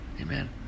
Amen